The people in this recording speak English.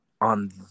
on